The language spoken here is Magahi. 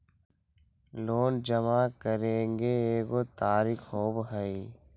लोन जमा करेंगे एगो तारीक होबहई?